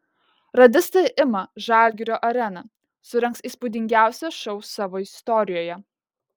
radistai ima žalgirio areną surengs įspūdingiausią šou savo istorijoje